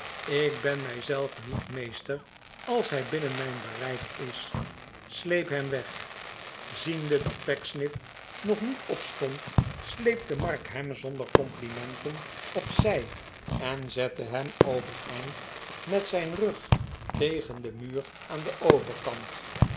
ik ben mij zelf niet meester als hij binnen mijn bereik is sleep hem weg ziende dat pecksniff nog niet opstond sleepte mark hem zonder complimenten op zij en zette hem overeind met zijn rug tegen den muur aan den overkant